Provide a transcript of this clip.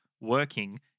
working